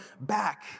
back